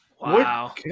Wow